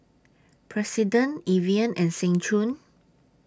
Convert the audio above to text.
President Evian and Seng Choon